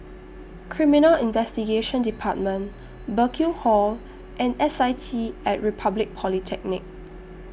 Criminal Investigation department Burkill Hall and S I T At Republic Polytechnic